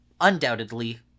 undoubtedly